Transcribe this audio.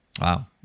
Wow